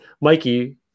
Mikey